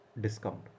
discount